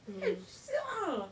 siao ah